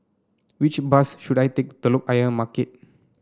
which bus should I take Telok Ayer Market